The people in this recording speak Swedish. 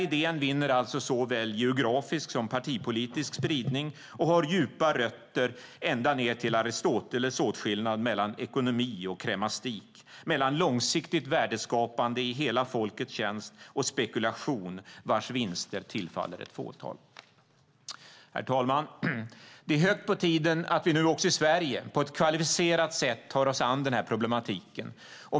Idén vinner alltså såväl geografisk som partipolitisk spridning och har djupa rötter ända ned till Aristoteles åtskillnad mellan ekonomi och kremastik, mellan långsiktigt värdeskapande i hela folkets tjänst och spekulation vars vinster tillfaller ett fåtal. Det är på tiden, herr talman, att vi nu också i Sverige på ett kvalificerat sätt tar oss an denna problematik.